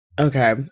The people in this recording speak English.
Okay